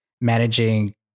managing